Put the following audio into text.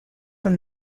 from